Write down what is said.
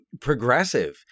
progressive